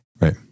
Right